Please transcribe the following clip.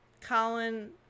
Colin